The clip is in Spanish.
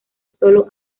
sólo